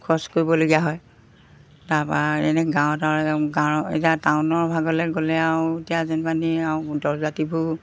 খৰচ কৰিবলগীয়া হয় তাৰপা এনে গাঁৱত আৰু গাঁৱৰ এতিয়া টাউনৰ ভাগলৈ গ'লে আৰু এতিয়া যেনিবা দৰৱ পাতিবোৰ